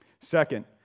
Second